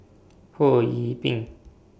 Ho Yee Ping